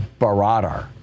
baradar